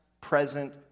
present